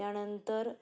त्यानंतर